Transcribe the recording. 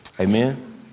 Amen